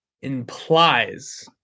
implies